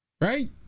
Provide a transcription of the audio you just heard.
Right